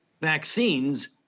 vaccines